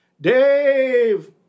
Dave